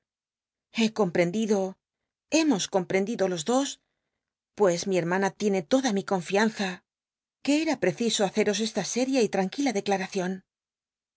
he comprendido hemos comprendido los dos pues mi hermana tiene toda mi confianza que ca preciso haceos esta séria y hanquila dcclaracion